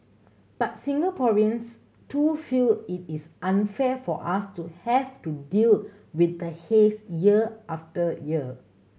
but Singaporeans too feel it is unfair for us to have to deal with the haze year after year